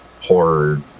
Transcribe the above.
horror